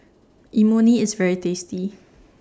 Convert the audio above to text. Imoni IS very tasty